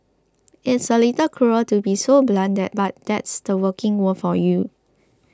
it's a little cruel to be so blunt but that's the working world for you